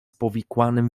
powikłanym